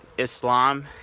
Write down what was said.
Islam